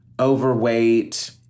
overweight